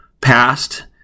past